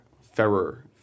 Ferrer